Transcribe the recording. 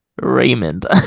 Raymond